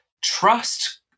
trust